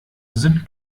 sind